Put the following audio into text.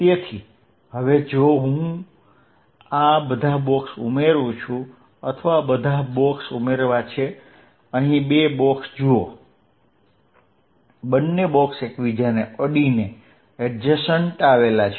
તેથી હવે જો હું આ બધા બોક્સ ઉમેરું છું અથવા બધા બોક્સ ઉમેરવા છે અહી બે બોક્સ જુઓ બન્ને બોક્સ એકબીજાને અડીને આવેલ છે